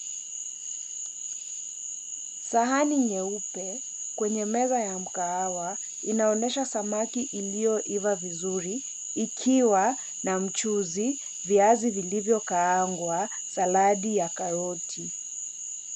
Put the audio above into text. Sahani nyeupe kwenye meza ya mkahawa inaonesha samaki iliyoiva vizuri ikiwa na mchuzi, viazi vilivyokaangwa, saladi ya karoti.